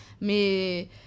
mais